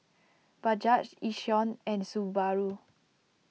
Bajaj Yishion and Subaru